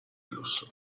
flusso